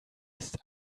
ist